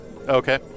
Okay